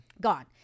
Gone